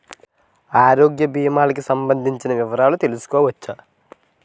ఆరోగ్య భీమాలకి సంబందించిన వివరాలు తెలుసుకోవచ్చా?